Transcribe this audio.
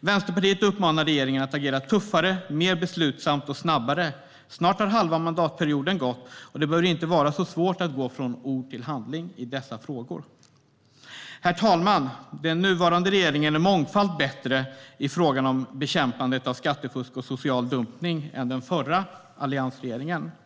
Vänsterpartiet uppmanar regeringen att agera tuffare, mer beslutsamt och snabbare. Snart har halva mandatperioden gått, och det bör inte vara så svårt att gå från ord till handling i dessa frågor. Herr talman! Den nuvarande regeringen är mångfalt bättre i frågan om bekämpandet av skattefusk och social dumpning än vad alliansregeringen var.